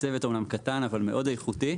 הצוות אמנם קטן אבל מאוד איכותי.